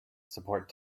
support